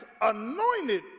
anointed